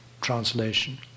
translation